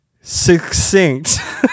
succinct